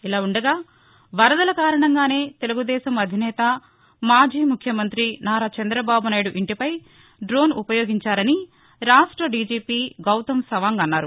ఇలా ఉండగా వరదల కారణంగానే తెలుగుదేశం అధినేత మాజీ ముఖ్యమంతి చంద్రబాబునాయుడు ఇంటిపై డోన్ ఉపయోగించారని రాష్ట దీజీపీ గౌతమ్ సవాంగ్ అన్నారు